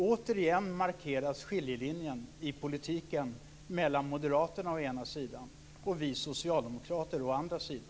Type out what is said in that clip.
Återigen markeras skiljelinjen i politiken mellan moderaterna å ena sidan och vi socialdemokrater å andra sidan.